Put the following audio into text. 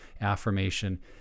affirmation